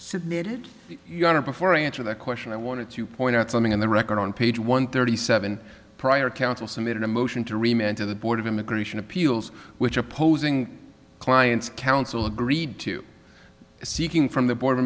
submitted you want to before i answer that question i wanted to point out something on the record on page one thirty seven prior counsel submitted a motion to remain to the board of immigration appeals which opposing clients counsel agreed to seeking from the board